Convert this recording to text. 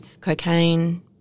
Cocaine